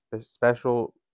special